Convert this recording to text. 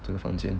这个房间